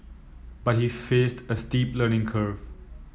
but he faced a steep learning curve